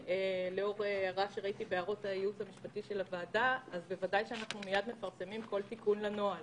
אנחנו מפרסמים כל תיקון לנוהל.